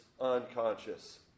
unconscious